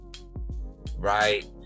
right